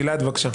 גלעד, בבקשה.